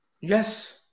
Yes